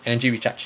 energy recharge